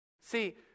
See